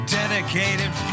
dedicated